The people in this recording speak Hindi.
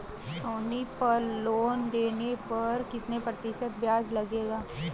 सोनी पल लोन लेने पर कितने प्रतिशत ब्याज लगेगा?